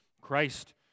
Christ